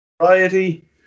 variety